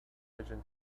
pigeon